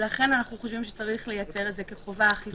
לכן אנחנו חושבים שצריך לייצר את זה כחובה אחידה.